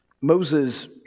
Moses